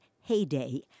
heyday